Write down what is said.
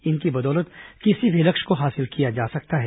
इनकी बदौलत किसी भी लक्ष्य को हासिल किया जा सकता है